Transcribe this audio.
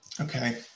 Okay